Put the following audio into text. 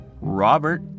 Robert